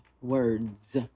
words